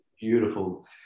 beautiful